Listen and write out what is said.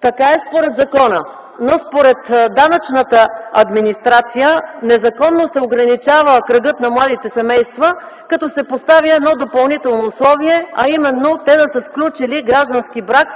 Така е според закона. Но според данъчната администрация незаконно се ограничава кръгът на младите семейства, като се поставя едно допълнително условие, а именно те да са сключили граждански брак